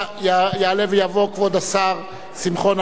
יעלה ויבוא כבוד השר שמחון כדי,